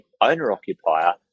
owner-occupier